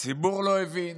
הציבור לא הבין,